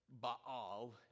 Baal